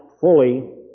fully